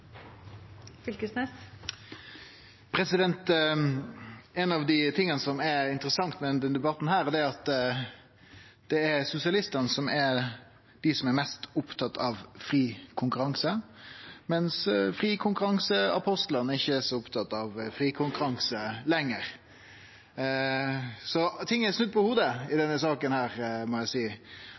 interessant med denne debatten, er at det er sosialistane som er dei som er mest opptatt av fri konkurranse, mens frikonkurranseapostlane ikkje er så opptatt av fri konkurranse lenger. Så ting er snudd på hovudet i denne saka, må eg